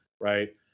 right